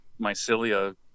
mycelia